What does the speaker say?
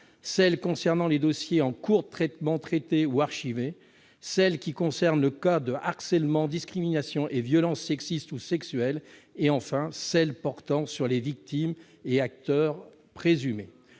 celles qui concernent les dossiers en cours de traitement, traités ou archivés, celles qui visent les cas de harcèlement, discrimination et violence sexiste ou sexuelle et, enfin, celles qui portent sur les victimes et auteurs présumés.